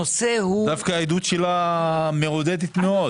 דווקא העדות שלך מעודדת מאוד.